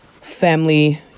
family